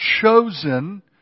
chosen